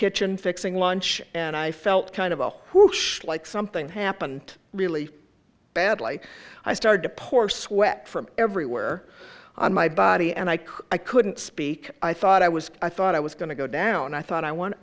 kitchen fixing lunch and i felt kind of a who like something happened really badly i started to pour sweat from everywhere on my body and i could i couldn't speak i thought i was i thought i was going to go down and i thought i